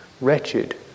wretched